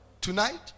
Tonight